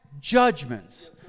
judgments